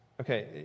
Okay